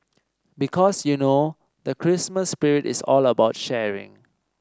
because you know the Christmas spirit is all about sharing